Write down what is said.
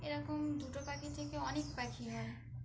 এরকম দুটো পাখি থেকে অনেক পাখি হয়